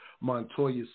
Montoya